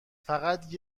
فقط